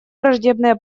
враждебная